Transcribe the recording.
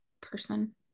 person